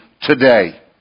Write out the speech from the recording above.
today